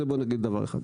אז זה דבר אחד.